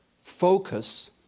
focus